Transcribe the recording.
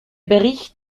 bericht